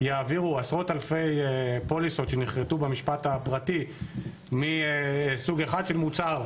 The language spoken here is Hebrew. יעבירו עשרות אלפי פוליסות שנכרתו במשפט הפרטי מסוג אחד של מוצר,